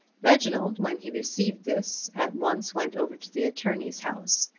reginald when he received this at once went over to the attorney's house,